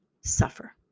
suffer